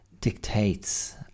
dictates